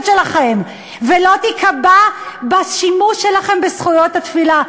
שלכם ולא תיקבע בשימוש שלכם בזכויות התפילה.